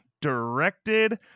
directed